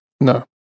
No